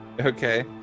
Okay